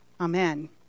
amen